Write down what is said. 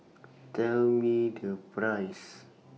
Tell Me The Price